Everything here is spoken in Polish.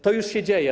To już się dzieje.